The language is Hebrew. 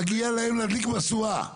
מגיע להם להדליק משואה.